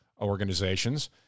organizations